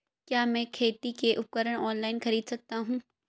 क्या मैं खेती के उपकरण ऑनलाइन खरीद सकता हूँ?